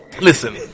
listen